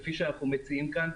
כפי שאנחנו מציעים כאן,